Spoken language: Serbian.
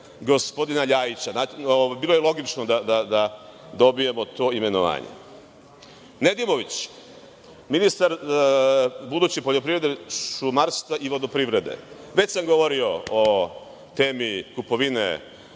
gospodina LJajića. Bilo je logično da dobijemo to imenovanje. Nedimović, budući ministar poljoprivrede, šumarstva i vodoprivrede. Već sam govorio o temi kupovine